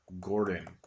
Gordon